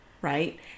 right